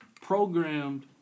programmed